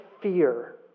fear